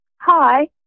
Hi